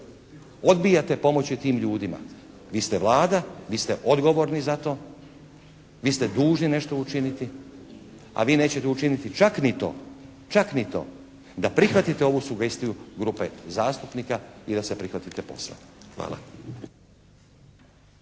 Odbijate pomoći tim ljudima. Vi ste Vlada, vi ste odgovorni za to, vi ste dužni nešto učiniti, a vi nećete učiniti čak ni to, čak ni to da prihvatite ovu sugestiju grupe zastupnika i da se prihvatite posla. Hvala.